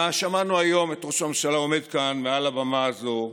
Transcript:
שמענו היום את ראש הממשלה עומד כאן, על הבמה הזו,